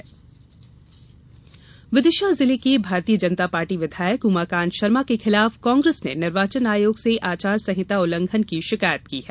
विधायक शिकायत विदिशा जिले के भारतीय जनता पार्टी विधायक उमाकांत शर्मा के खिलाफ कांग्रेस ने निर्वाचन आयोग से आचार संहिता उल्लंघन की शिकायत की है